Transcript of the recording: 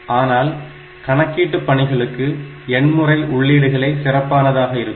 ஆனால் கணக்கீட்டு பணிகளுக்கு எண்முறை உள்ளீடுகளே சிறப்பானதாக இருக்கும்